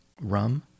rum